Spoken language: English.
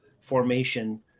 formation